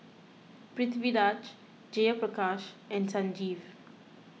Pritiviraj Jayaprakash and Sanjeev